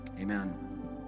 amen